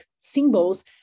symbols